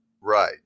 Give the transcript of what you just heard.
Right